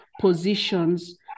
positions